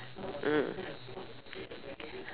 mm